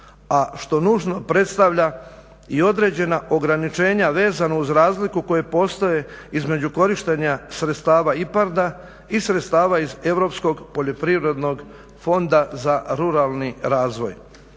a što nužno predstavlja i određena ograničenja vezana uz razliku koja postoji između korištenja sredstava IPARD-a i sredstava iz Europskog poljoprivrednog fonda za ruralni razvoj.